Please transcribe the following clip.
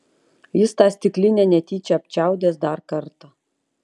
jis tą stiklinę netyčia apčiaudės dar kartą